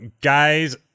Guys